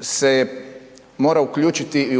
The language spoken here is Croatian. se mora uključiti